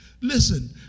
Listen